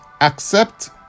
Accept